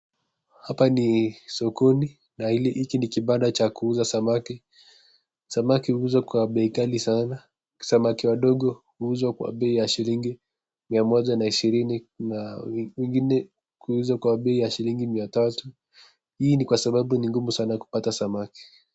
Hapa ni sokoni, na hichi ni kibanda chakuuza samaki, samaki huuzwa kwa bei ghali sana , samaki wadogo huuzwa kwa bei ya shilingi mia moja na ishirini na wengine kuuzwa kwa bei ya shilingi mia tatu, hii ni kwa sababu ni ngumu sana kupata samaki .